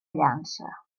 llança